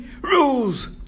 rules